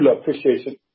appreciation